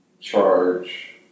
charge